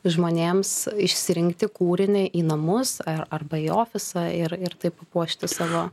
žmonėms išsirinkti kūrinį į namus ar arba į ofisą ir ir taip papuošti savo